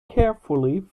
carefully